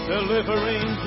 Delivering